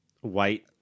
white